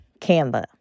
Canva